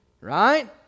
right